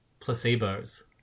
placebos